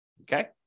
Okay